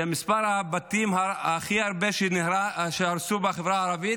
המספר הכי גבוה של בתים שנהרסו בחברה הערבית,